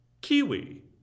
Kiwi